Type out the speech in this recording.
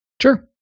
Sure